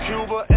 Cuba